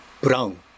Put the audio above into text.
brown